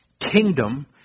kingdom